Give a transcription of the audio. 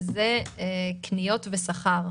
זה קניות ושכר.